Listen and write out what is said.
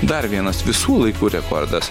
dar vienas visų laikų rekordas